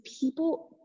people